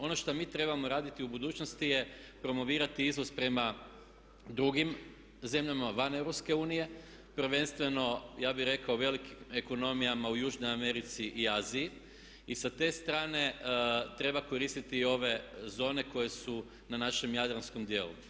Ono što mi trebamo raditi u budućnosti je promovirati izvoz prema drugim zemljama van EU, prvenstveno ja bih rekao velikim ekonomijama u Južnoj Americi i Aziji i sa te strane treba koristiti ove zone koje su na našem jadranskom djelu.